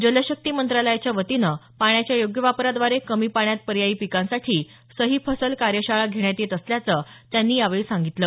जलशक्ती मंत्रालयाच्या वतीनं पाण्याच्या योग्य वापराद्वारे कमी पाण्यात पर्यायी पिकांसाठी सही फसल कार्यशाळा घेण्यात येत असल्याचं त्यांनी यावेळी सांगितलं